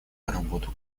работу